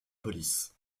police